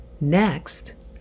Next